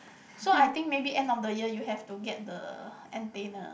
so I think maybe end of the year you have to get the antenna